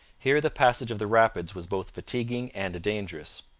here the passage of the rapids was both fatiguing and dangerous.